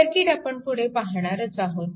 circuit आपण पुढे पाहणारच आहोत